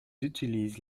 utilisent